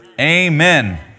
Amen